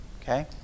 Okay